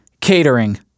catering